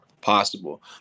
possible